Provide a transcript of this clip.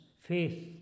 faith